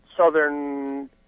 Southern